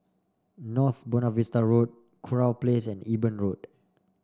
North Buona Vista Road Kurau Place and Eben Road